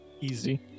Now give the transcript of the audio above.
Easy